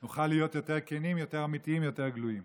נוכל להיות יותר כנים, יותר אמיתיים, יותר גלויים.